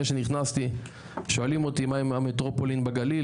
שנכנסתי שואלים אותי מה עם המטרופולין בגליל,